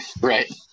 right